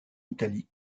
italie